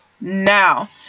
now